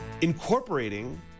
incorporating